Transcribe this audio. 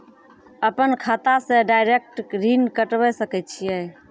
अपन खाता से डायरेक्ट ऋण कटबे सके छियै?